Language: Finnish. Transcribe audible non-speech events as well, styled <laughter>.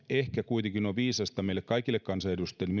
ehkä kuitenkin meille kaikille kansanedustajille <unintelligible>